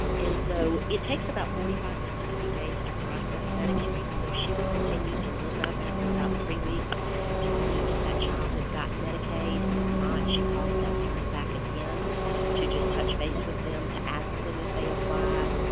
and so it takes about forty five sixty days to process medicaid, so she will continue to look up after about three weeks to see if that child has medicaid. and if not, she calls that parent back again to just touch base with them, to ask them if they applied.